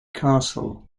castle